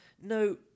no